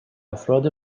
افراد